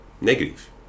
negative